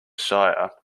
shire